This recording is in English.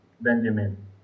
Benjamin